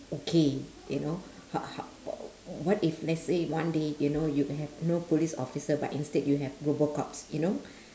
okay you know ho~ ho~ what if let's say one day you know you have no police officer but instead you have robo cops you know